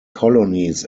colonies